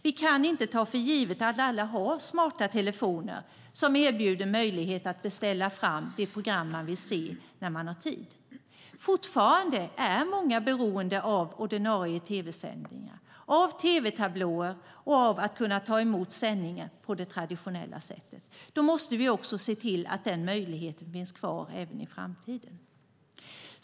Vi kan inte ta för givet att alla har smarta telefoner som erbjuder möjlighet att beställa fram de program de vill se när de har tid. Många är fortfarande beroende av de ordinarie tv-sändningarna, av tv-tablåer och av att kunna ta emot sändningen på det traditionella sättet. Då måste vi också se till att den möjligheten finns kvar även i framtiden.